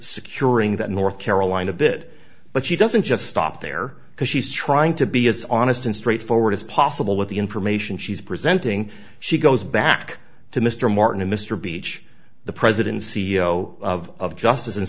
securing that north carolina bit but she doesn't just stop there because she's trying to be as honest and straightforward as possible with the information she's presenting she goes back to mr martin and mr beach the president c e o of justice and